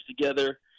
together